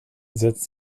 setzt